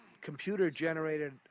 computer-generated